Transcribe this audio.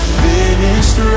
finished